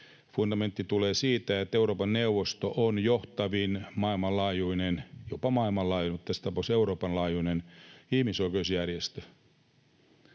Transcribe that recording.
Fundamentti tulee siitä, että Euroopan neuvosto on johtavin maailmanlaajuinen, jopa maailmanlaajuinen mutta tässä tapauksessa Euroopan laajuinen, ihmisoikeusjärjestö.